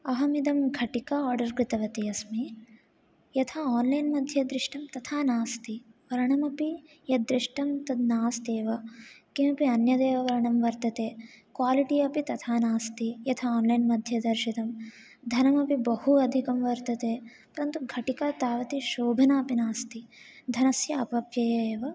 अहम् इदं घटिका आडर कृतवती अस्मि यथा आन्लैन् मध्ये दृष्टं तथा नास्ति वर्णमपि यद्दृष्टं तद् नास्त्येव किमपि अन्यदेव वर्णं वर्तते क्वालिटि अपि तथा नास्ति यथा आन्लैन् मध्ये दर्शितम् धनमपि बहु अधिकं वर्तते परन्तु घटिका तावती शोभना अपि नास्ति धनस्य अपव्यय एव